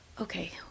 Okay